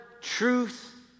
truth